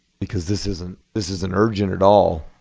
because this isn't this isn't urgent at all,